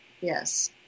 Yes